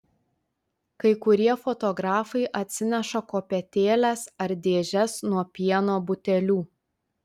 kai kurie fotografai atsineša kopėtėles ar dėžes nuo pieno butelių